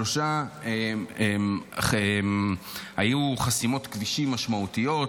שלושה היו חסימות כבישים משמעותיות,